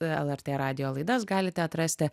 lrt radijo laidas galite atrasti